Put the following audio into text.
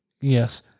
Yes